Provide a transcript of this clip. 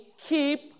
keep